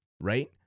Right